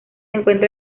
encuentra